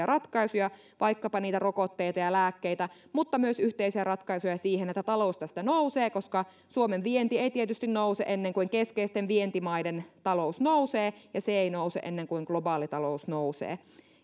ratkaisuja vaikkapa niitä rokotteita ja lääkkeitä mutta myös yhteisiä ratkaisuja siihen että talous tästä nousee koska suomen vienti ei tietysti nouse ennen kuin keskeisten vientimaiden talous nousee ja se ei nouse ennen kuin globaali talous nousee